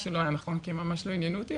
מה שלא היה נכון כי הם ממש לא עניינו אותי,